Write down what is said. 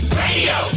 radio